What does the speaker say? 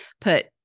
put